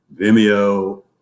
Vimeo